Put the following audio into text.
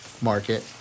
market